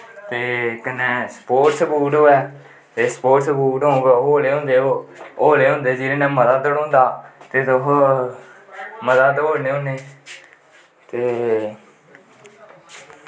ते कन्नै sports boot होऐ तो स्पोटस बूट होले होंदे जेह्दे नै मता दड़ौंदा ते तुस मता दौड़नें होनें ते